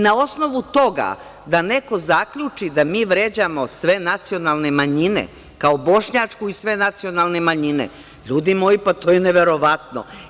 Na osnovu toga da neko zaključi da mi vređamo sve nacionalne manjine kao bošnjačku i sve nacionalne manjine, ljudi moji pa to je neverovatno.